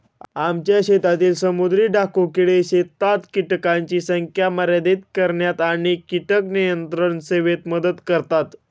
आमच्या शेतातील समुद्री डाकू किडे शेतात कीटकांची संख्या मर्यादित करण्यात आणि कीटक नियंत्रण सेवेत मदत करतात